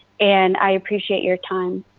and i appreciate your time.